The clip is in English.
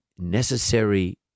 Necessary